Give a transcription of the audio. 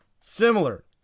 Similar